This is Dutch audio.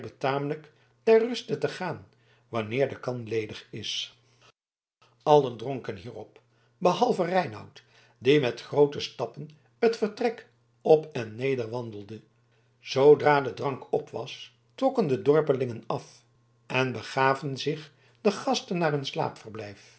betamelijk ter ruste te gaan wanneer de kan ledig is allen dronken hierop behalve reinout die met groote stappen het vertrek op en neder wandelde zoodra de drank op was trokken de dorpelingen af en begaven zich de gasten naar hun